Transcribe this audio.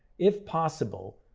if possible,